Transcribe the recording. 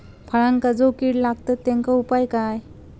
फळांका जो किडे लागतत तेनका उपाय काय?